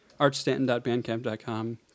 Archstanton.bandcamp.com